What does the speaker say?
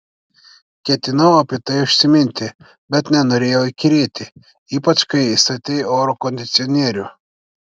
ketinau apie tai užsiminti bet nenorėjau įkyrėti ypač kai įstatei oro kondicionierių